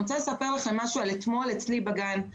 אני רוצה לספר לכם משהו על אתמול אצלי בגן.